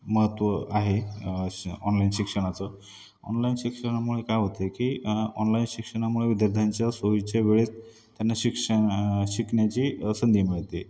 महत्त्व आहे श ऑनलाईन शिक्षणाचं ऑनलाईन शिक्षणामुळे काय होतं की ऑनलाईन शिक्षणामुळे विद्यार्थ्यांच्या सोयीच्या वेळेत त्यांना शिक्षण शिकण्याची संधि मिळते